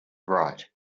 right